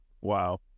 Wow